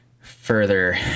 further